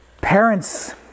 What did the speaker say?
parents